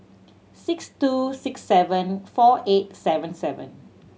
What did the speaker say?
six two six seven four eight seven seven